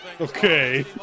Okay